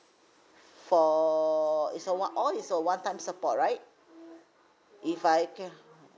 for it's a one all is a one time support right if I can